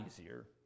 easier